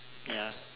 ya